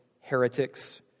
heretics